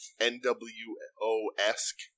NWO-esque